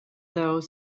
though